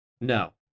No